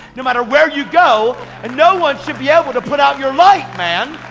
no matter where you go. and no one should be able to put out your light, man.